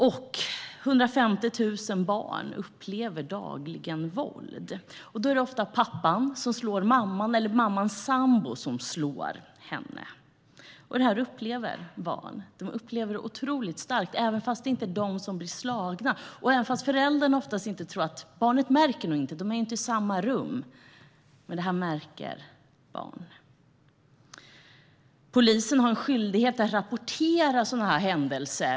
150 000 barn upplever dagligen våld. Det är ofta pappan eller mammans sambo som slår mamman. Detta upplever barn. De upplever det otroligt starkt trots att det inte är de som blir slagna och trots att föräldern oftast tror att barnen inte märker någonting. De är ju inte i samma rum. Men det här märker barn. Polisen har skyldighet att rapportera sådana här händelser.